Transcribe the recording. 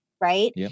Right